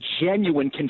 genuine